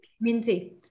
Minty